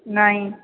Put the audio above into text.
ନାହିଁ